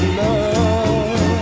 love